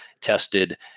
tested